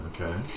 Okay